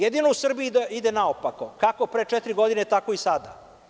Jedino u Srbiji ide naopako, kako pre četiri godine, tako i sada.